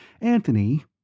Anthony